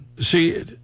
see